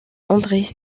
andré